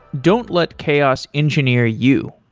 don't let chaos engineer you.